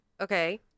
Okay